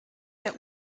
der